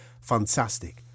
fantastic